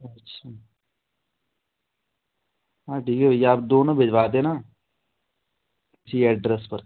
अच्छा हाँ ठीक है भैया आप दोनों भिजवा देना उसी एड्रेस पर